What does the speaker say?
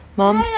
mom